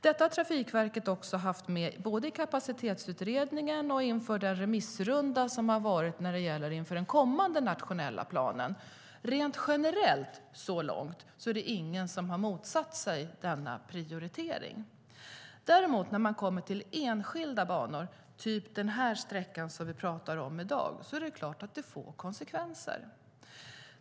Detta har Trafikverket haft med i Kapacitetsutredningen och inför remissrundan för den kommande nationella planen. Rent generellt är det ingen som så här långt har motsatt sig denna prioritering. När man däremot kommer till enskilda banor, som den sträcka som vi pratar om i dag, är det klart att det blir konsekvenser.